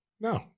No